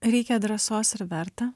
reikia drąsos ir verta